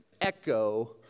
echo